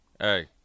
hey